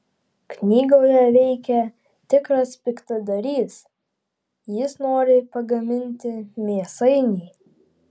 knygoje veikia tikras piktadarys jis nori pagaminti mėsainį